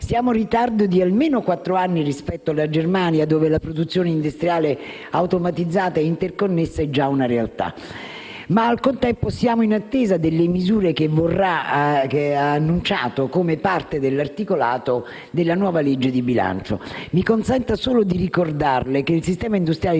Siamo in ritardo di almeno quattro anni rispetto alla Germania, dove la produzione industriale automatizzata e interconnessa è già una realtà. Ma al contempo siamo in attesa delle misure che ella ha annunciato come parte dell'articolato della nuova legge di bilancio. Mi consenta solo di ricordarle che il sistema industriale italiano